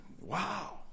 Wow